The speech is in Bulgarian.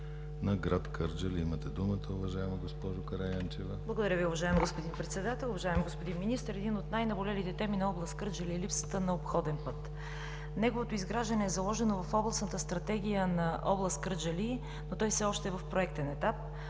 на град Кърджали. Имате думата, уважаема госпожо Караянчева. ЦВЕТА КАРАЯНЧЕВА (ГЕРБ): Благодаря Ви, уважаеми господин Председател. Уважаеми господин Министър, една от най-наболелите теми на област Кърджали е липсата на обходен път. Неговото изграждане е заложено в Областната стратегия на област Кърджали, но той все още е в проектен етап.